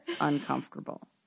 Uncomfortable